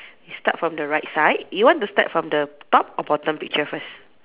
start from the right side you want to start from the top or bottom picture first